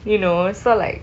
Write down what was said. you know so like